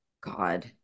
God